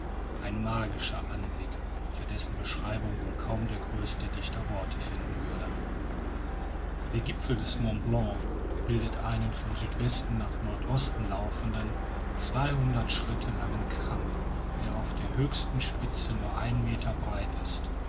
ein magischer anblick für dessen beschreibung wohl kaum der größte dichter worte finden würde der gipfel des mont blanc bildet einen von südwest nach nordost laufenden zweihundert schritte langen kamm der auf der höchsten spitze nur einen meter breit ist